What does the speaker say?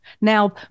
Now